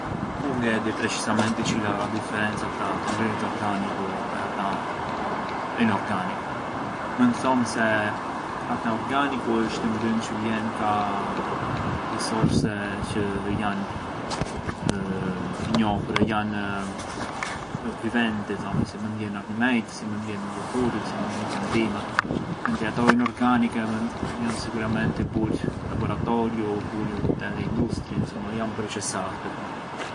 U ngë e di precisamenti çila ë a differenza tra të ngrënit organiku e ata inorganiku, mënd thom se ata organiku është të ngrënë çë vjen ka risorse çë janë të njohura, viventi thomi, si mënd jenë animejt, si mënd jenë vurdhurët, si mënd jenë qantimat, mentri ato inorganike janë sikuramenti burë in laboratoriu, burë te le industrie, incuma janë proçesartur.